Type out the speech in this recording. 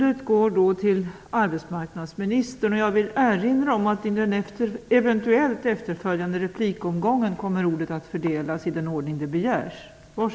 Jag vill erinra om att i den eventuellt efterföljande replikomgången kommer ordet att fördelas i den ordning det begärts.